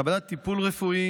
קבלת טיפול רפואי,